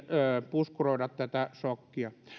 puskuroida tätä sokkia